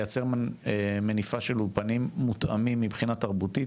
לייצר מניפה של אולפנים מותאמים מבחינה תרבותית,